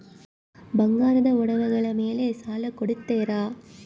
ಬಂಗಾರದ ಒಡವೆಗಳ ಮೇಲೆ ಸಾಲ ಕೊಡುತ್ತೇರಾ?